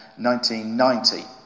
1990